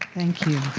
thank you.